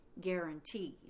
guarantees